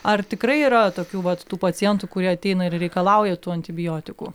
ar tikrai yra tokių vat tų pacientų kurie ateina ir reikalauja tų antibiotikų